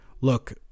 look